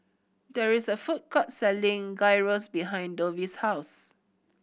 there is a food court selling Gyros behind Dovie's house